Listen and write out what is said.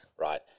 Right